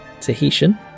Tahitian